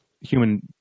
human